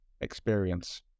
experience